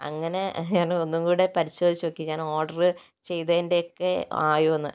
അങ്ങനെ ഞാൻ ഒന്നുകൂടെ പരിശോധിച്ച് നോക്കി ഞാൻ ഓർഡർ ചെയ്തതിൻ്റെയൊക്കെ ആയോ എന്ന്